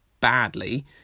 badly